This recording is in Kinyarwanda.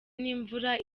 n’imvura